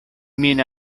min